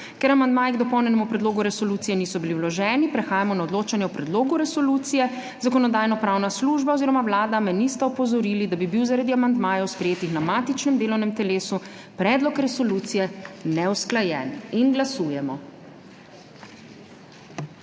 Ker amandmaji k dopolnjenemu predlogu resolucije niso bili vloženi, prehajamo na odločanje o predlogu resolucije. Zakonodajno-pravna služba oziroma Vlada me nista opozorili, da bi bil zaradi amandmajev, sprejetih na matičnem delovnem telesu, predlog resolucije neusklajen. Glasujemo.